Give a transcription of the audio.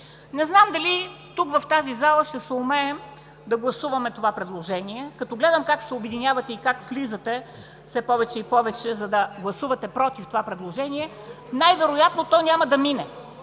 Не знам дали, тук, в тази зала, ще съумеем да гласуваме това предложение, като гледам как се обединявате и как влизате в залата все повече и повече, за да гласувате „против“ това предложение?! Най-вероятно то няма да мине.